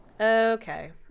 Okay